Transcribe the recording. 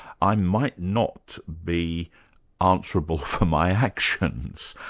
i might not be answerable for my actions.